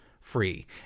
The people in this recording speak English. free